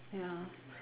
ya